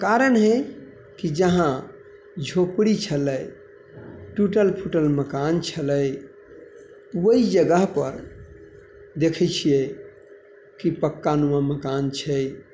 कारण है की जहाँ झोपड़ी छलै टूटल फूटल मकान छलै ओइ जगहपर देखै छियै की पक्कानुमा मकान छै